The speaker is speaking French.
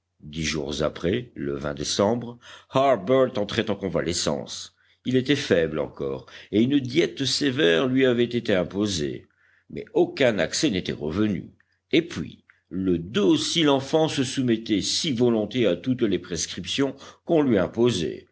dix jours après le décembre harbert entrait en convalescence il était faible encore et une diète sévère lui avait été imposée mais aucun accès n'était revenu et puis le docile enfant se soumettait si volontiers à toutes les prescriptions qu'on lui imposait